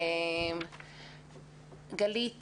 גלית